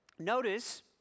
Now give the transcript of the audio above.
Notice